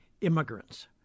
immigrants